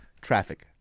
Traffic